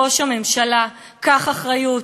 ראש הממשלה, קח אחריות.